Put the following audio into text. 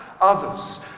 others